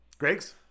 Gregs